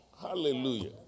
Hallelujah